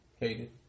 Hated